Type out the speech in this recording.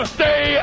stay